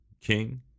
king